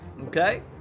Okay